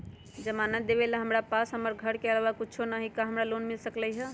जमानत देवेला हमरा पास हमर घर के अलावा कुछो न ही का हमरा लोन मिल सकई ह?